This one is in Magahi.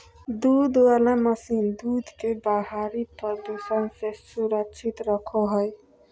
दूध वला मशीन दूध के बाहरी प्रदूषण से सुरक्षित रखो हइ